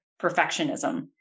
perfectionism